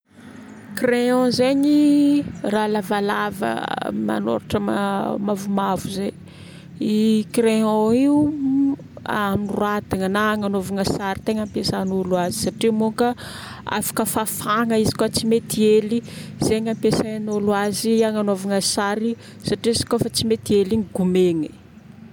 Crayon zegny, raha lavalava mangnôritra mavomavo zay. I crayon io agnoratagna na agnanovagna sary no tegna ampiasagn'olo azy satria moka afaka fafagna izy koa tsy mety hely. Zegny ampiasaign'olo azy agnanovagna sary satria izy koa fa tsy mety hely igny, gômigna.